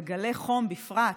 וגלי חום בפרט,